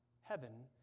heaven